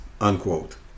unquote